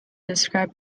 describe